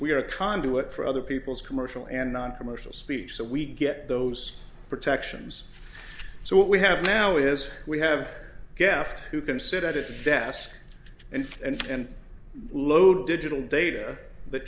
we are a conduit for other people's commercial and noncommercial speech so we get those protections so what we have now is we have gaffed who can sit at a desk and and lo digital data that